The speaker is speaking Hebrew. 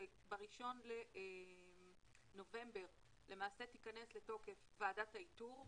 שב-1 בנובמבר למעשה תיכנס לתוקף ועדת האיתור,